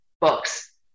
books